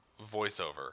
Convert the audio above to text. voiceover